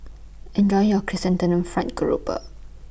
Enjoy your Chrysanthemum Fried Grouper